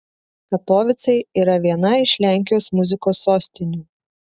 katovicai yra viena iš lenkijos muzikos sostinių